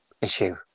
issue